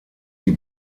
die